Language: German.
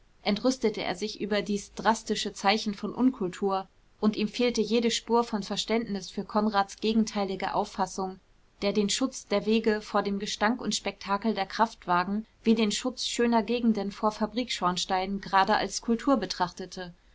entrüstete er sich über dies drastische zeichen von unkultur und ihm fehlte jede spur von verständnis für konrads gegenteilige auffassung der den schutz der wege vor dem gestank und spektakel der kraftwagen wie den schutz schöner gegenden vor fabrikschornsteinen gerade als kultur betrachtete